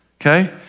Okay